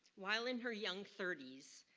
while in her young thirties,